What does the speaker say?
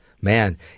Man